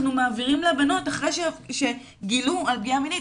מעבירים לבנות אחרי שגילו על פגיעה מינית?